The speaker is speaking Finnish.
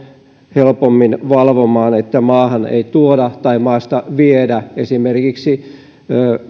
helpommin valvomaan että maahan ei tuoda tai maasta viedä esimerkiksi